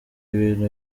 ibintu